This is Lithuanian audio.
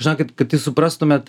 žinokit kad jūs suprastumėt